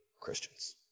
Christians